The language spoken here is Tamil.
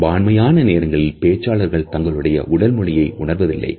பெரும்பாலான நேரங்களில் பேச்சாளர்கள் தங்களுடைய உடல் மொழியை உணர்வதில்லை